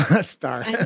Star